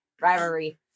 Rivalry